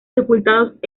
sepultados